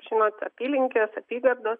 žinot apylinkės apygardos